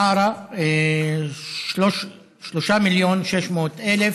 ערערה, 3 מיליון ו-600,000.